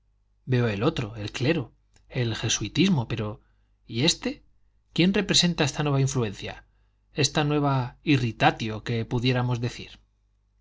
veo el otro el clero el jesuitismo pero y este quién representa esta nueva influencia esta nueva irritatio que pudiéramos decir